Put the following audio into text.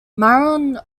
mahon